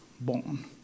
born